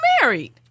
married